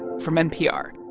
from npr